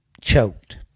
choked